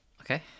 Okay